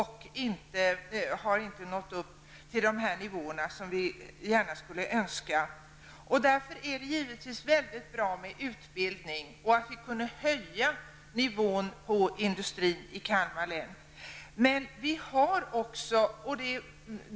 Vi har därför inte nått upp till de nivåer som vi gärna skulle önska. Det är därför givetvis bra med utbildning så att vi skulle kunna höja nivån på industrin i Kalmar län.